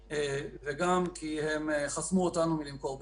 וגם כי הם חסמו אותנו מלמכור מטורקיה,